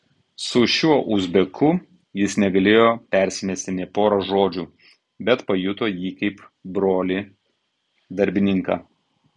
su šiuo uzbeku jis negalėjo persimesti nė pora žodžių bet pajuto jį kaip brolį darbininką